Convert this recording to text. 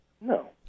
No